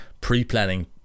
pre-planning